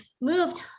moved